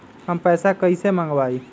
हम पैसा कईसे मंगवाई?